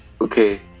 okay